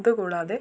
ഇത് കൂടാതെ